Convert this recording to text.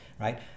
right